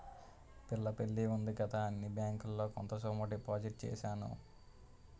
పిల్ల పెళ్లి ఉంది కదా అని బ్యాంకులో కొంత సొమ్ము డిపాజిట్ చేశాను